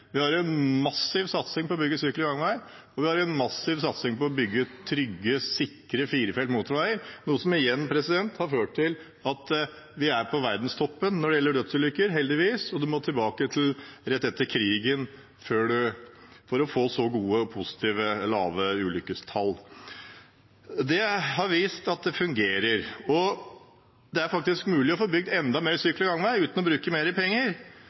Vi har en massiv satsing på å bygge sykkel- og gangveier, og vi har en massiv satsing på å bygge trygge, sikre firefelts motorveier, noe som igjen har ført til at vi er på verdenstoppen når det gjelder lavt antall dødsulykker – heldigvis. En må tilbake til rett etter krigen for å få så gode, positive og lave ulykkestall. Det har vist at det fungerer. Det er mulig å få bygd enda flere sykkel- og gangveier uten å bruke mer penger.